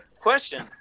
question